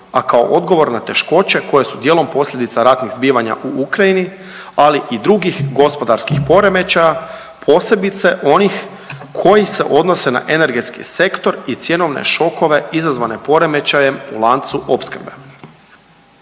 a kao odgovor na teškoće koje su dijelom posljedica ratnih zbivanja u Ukrajini, ali i drugih gospodarskih poremećaja, posebice onih koji se odnose na energetski sektor i cjenovne šokove izazvane poremećajem u lancu opskrbe.